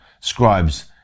scribes